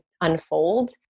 unfold